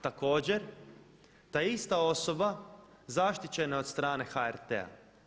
Također ta ista osoba zaštićena je od strane HRT-a.